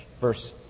Verse